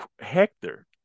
Hector